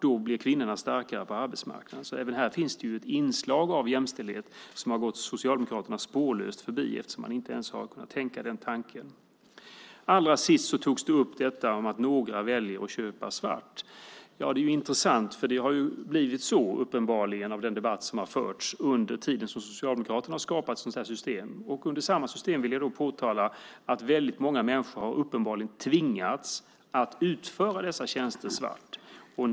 Då blir kvinnorna starkare på arbetsmarknaden. Även här finns det ett inslag av jämställdhet som har gått Socialdemokraterna spårlöst förbi eftersom de inte ens har kunnat tänka den tanken. Allra sist tog man upp detta med att några väljer att köpa svart. Det är intressant, för att döma av den debatt som har förts har det uppenbarligen blivit så under den tid som Socialdemokraterna har skapat systemet. Jag vill påtala att i samma system har många människor uppenbarligen tvingats utföra dessa tjänster svart.